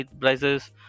prices